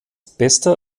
bester